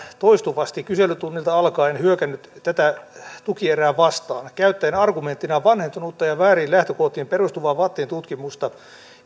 toistuvasti kyselytunnilta alkaen hyökännyt tätä tukierää vastaan käyttäen argumenttina vanhentunutta ja vääriin lähtökohtiin perustuvaa vattin tutkimusta